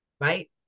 right